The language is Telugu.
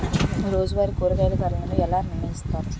రోజువారి కూరగాయల ధరలను ఎలా నిర్ణయిస్తారు?